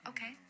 Okay